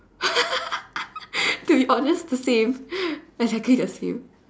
to be honest the same exactly the same